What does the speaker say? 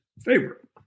favorite